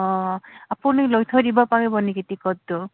অঁ আপুনি লৈ থৈ দিব পাৰিব নেকি টিকটটো